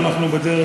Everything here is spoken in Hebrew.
ואנחנו בדרך,